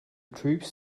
troops